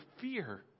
fear